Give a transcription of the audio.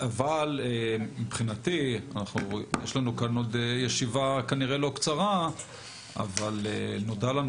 יש לנו כאן ישיבה לא קצרה אבל נודע לנו